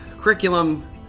curriculum